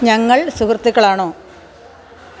ഞങ്ങൾ സുഹൃത്തുക്കളാണോ